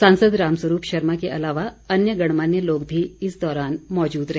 सांसद राम स्वरूप शर्मा के अलावा अन्य गणमान्य लोग भी इस दौरान मौजूद रहे